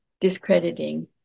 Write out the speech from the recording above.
discrediting